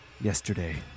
yesterday